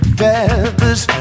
feathers